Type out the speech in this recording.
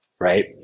right